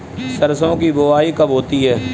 सरसों की बुआई कब होती है?